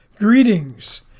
Greetings